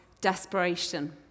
desperation